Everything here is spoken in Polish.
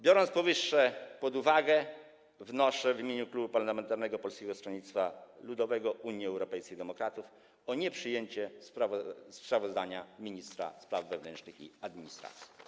Biorąc powyższe pod uwagę, wnoszę w imieniu Klubu Poselskiego Polskiego Stronnictwa Ludowego - Unii Europejskich Demokratów o nieprzyjęcie sprawozdania ministra spraw wewnętrznych i administracji.